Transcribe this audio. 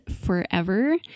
forever